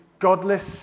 godless